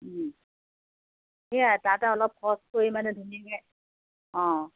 সেয়া তাতে অলপ খৰচ কৰি মানে ধুনীয়াকৈ অঁ